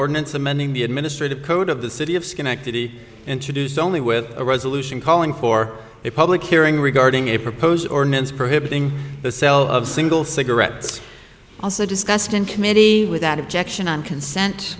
ordinance amending the administrative code of the city of schenectady introduce only with a resolution calling for a public hearing regarding a proposed ordinance prohibiting the seller of single cigarettes also discussed in committee without objection on consent